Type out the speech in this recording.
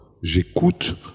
J'écoute